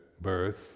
birth